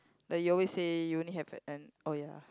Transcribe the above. like you always say you only have a end orh ya